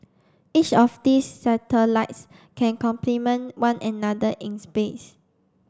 each of these satellites can complement one another in space